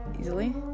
easily